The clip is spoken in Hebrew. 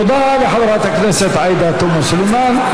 תודה לחברת הכנסת עאידה תומא סלימאן.